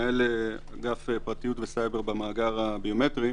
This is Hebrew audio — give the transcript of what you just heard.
מנהל אגף פרטיות וסייבר במאגר הביומטרי.